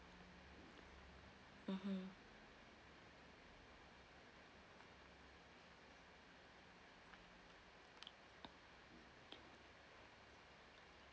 mmhmm